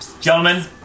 Gentlemen